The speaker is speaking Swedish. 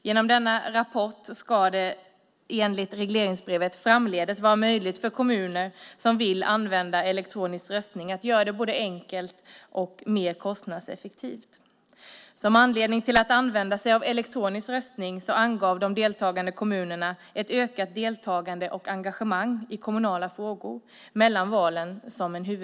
Genom denna rapport ska det, enligt regleringsbrevet, framdeles vara möjligt för kommuner som vill använda elektronisk röstning att göra det både enkelt och mer kostnadseffektivt. Som en huvudanledning till att använda sig av elektronisk röstning angav de deltagande kommunerna ett ökat deltagande och engagemang i kommunala frågor mellan valen.